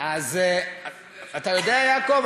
אתה יודע, יעקב?